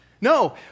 No